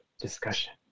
discussion